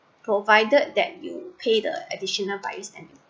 provided that you pay the addition buyer's stamp